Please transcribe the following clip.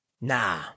nah